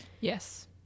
yes